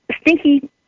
Stinky